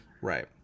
Right